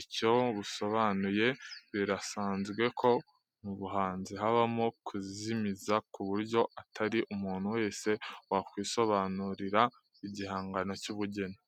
icyo busobanuye. Birasanzwe ko mu buhanzi habamo kuzimiza ku buryo atari umuntu wese wakwisobanurira igihangano cy’ubugeni.